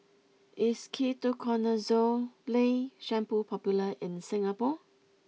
is Ketoconazole shampoo popular in Singapore